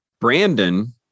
brandon